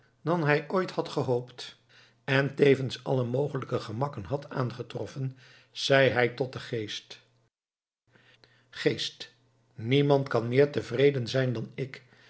dan hij ooit had gehoopt en tevens alle mogelijke gemakken had aangetroffen zei hij tot den geest geest niemand kan meer tevreden zijn dan ik